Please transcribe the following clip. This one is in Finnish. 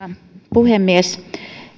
puhemies